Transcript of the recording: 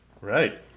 Right